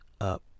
up